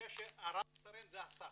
ורב סרן זה הסף.